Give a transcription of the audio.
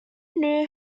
knew